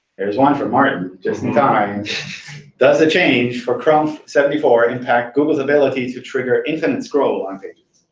here's one for martin, just in time. does the change for chrome seventy four impact google's ability to trigger infinite scroll on pages?